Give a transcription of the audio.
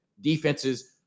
defenses